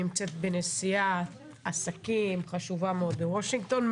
נמצאת בנסיעת עסקים חשובה מאוד בוושינגטון.